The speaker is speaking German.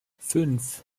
fünf